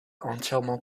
entièrement